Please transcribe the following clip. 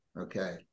Okay